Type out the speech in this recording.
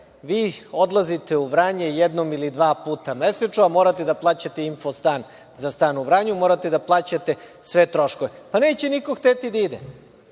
vi odlazite u Vranje jednom ili dva puta mesečno, a morate da plaćate infostan za stan u Vranju, morate da plaćate sve troškove. Pa, neće niko hteti da ide.